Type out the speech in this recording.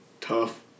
tough